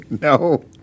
No